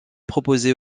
proposée